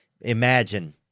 imagine